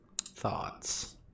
Thoughts